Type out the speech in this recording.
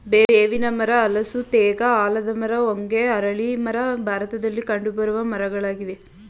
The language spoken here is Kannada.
ಬೇವಿನ ಮರ, ಹಲಸು, ತೇಗ, ಆಲದ ಮರ, ಹೊಂಗೆ, ಅರಳಿ ಮರ ಭಾರತದಲ್ಲಿ ಕಂಡುಬರುವ ಮರಗಳಾಗಿವೆ